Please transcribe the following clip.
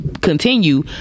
continue